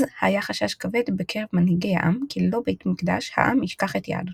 אז היה חשש בקרב מנהיגי העם כי ללא בית מקדש העם ישכח את יהדותו.